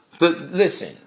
Listen